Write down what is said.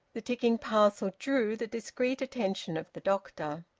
the ticking parcel drew the discreet attention of the doctor.